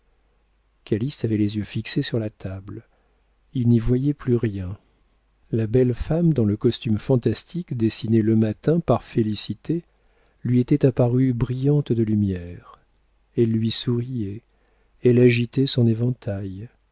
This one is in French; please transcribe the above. calyste avait les yeux fixés sur la table il n'y voyait plus rien la belle femme dans le costume fantastique dessiné le matin par félicité lui était apparue brillante de lumière elle lui souriait elle agitait son éventail